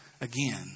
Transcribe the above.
again